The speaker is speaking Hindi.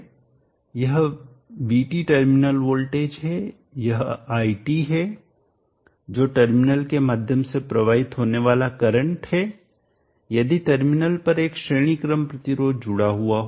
यह VT टर्मिनल वोल्टेज है यह iT है जो टर्मिनल के माध्यम से प्रवाहित होने वाला करंट है यदि टर्मिनल पर एक श्रेणी क्रम प्रतिरोध जुड़ा हुआ हो